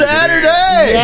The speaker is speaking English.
Saturday